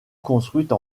construites